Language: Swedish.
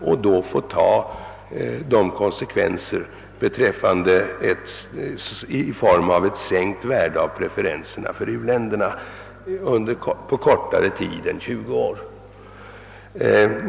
Då får vi också ta konsekvenserna i form av t.ex. kortare giltighetstid än tjugo år för u-landspreferenserna.